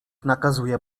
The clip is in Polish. nakazuje